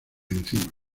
encima